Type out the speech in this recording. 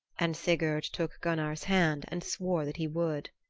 and sigurd took gunnar's hand and swore that he would.